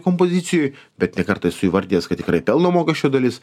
kompozicijoj bet ne kartą esu įvardijęs kad tikrai pelno mokesčio dalis